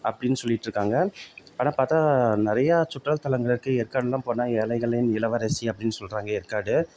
அப்படின் சொல்லிட்டு இருக்காங்க ஆனால் பார்த்தா நிறையா சுற்றுலாத்தலங்கள் இருக்கு ஏற்காடுலாம் போனால் ஏழைகளின் இளவரசி அப்படின் சொல்லுறாங்க ஏற்காடு